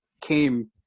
came